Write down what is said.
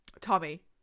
Tommy